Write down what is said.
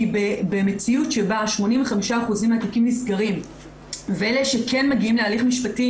כי במציאות שבה 85% מהתיקים נסגרים ואלה שכן מגיעים להליך משפטי